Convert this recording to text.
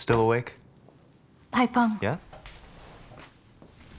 still awake i thought